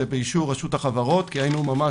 הוא באישור רשות החברות כי היינו ערב